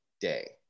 day